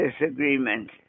disagreement